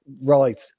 right